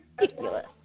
ridiculous